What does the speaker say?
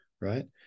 right